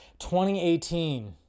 2018